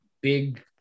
big